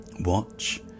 Watch